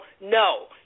no